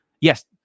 yes